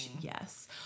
Yes